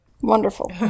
Wonderful